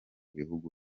bihugu